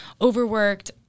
overworked